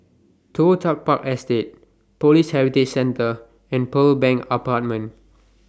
Toh Tuck Park Estate Police Heritage Centre and Pearl Bank Apartment